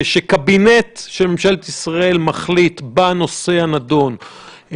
כשקבינט של ממשלת ישראל מחליט בנושא הנדון,